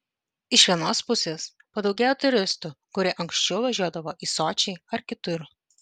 iš vienos pusės padaugėjo turistų kurie anksčiau važiuodavo į sočį ar kitur